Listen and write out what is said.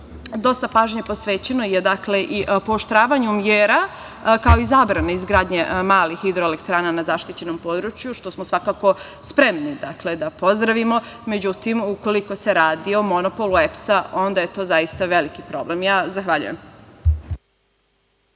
dosta pažnje posvećeno je i pooštravanju mera, kao i zabrani izgradnje malih HE na zaštićenom području, što smo svakako spremni da pozdravimo. Međutim, ukoliko se radi o monopolu EPS-a, onda je to zaista veliki problem. Zahvaljujem.